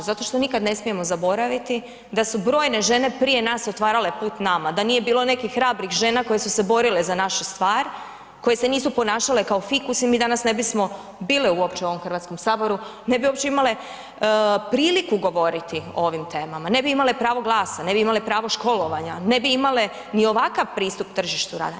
Zato što nikad ne smijemo zaboraviti da su brojne žene prije nas otvarale put nama, da nije bilo nekih hrabrih žena koje su se borile za našu stvar, koje se nisu ponašale kao fikusi mi danas ne bismo bile uopće u ovom Hrvatskom saboru, ne bi uopće imale priliku govoriti o ovim temama, ne bi imale pravo glasa, ne bi imale pravo školovanja, ne bi imale ni ovakav pristup tržištu rada.